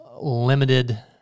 limited